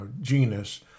genus